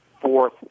fourth